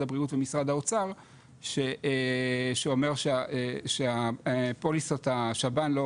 הבריאות למשרד האוצר שאומר שפוליסת השב"ן לא